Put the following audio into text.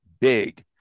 big